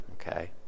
Okay